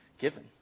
given